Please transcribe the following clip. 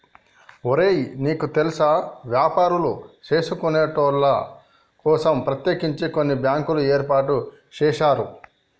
ఒరే నీకు తెల్సా వ్యాపారులు సేసుకొనేటోళ్ల కోసం ప్రత్యేకించి కొన్ని బ్యాంకులు ఏర్పాటు సేసారు